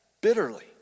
bitterly